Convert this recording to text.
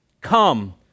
Come